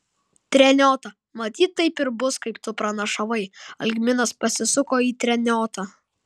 treniota matyt taip ir bus kaip tu pranašavai algminas pasisuko į treniotą